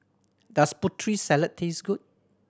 does Putri Salad taste good